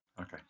Okay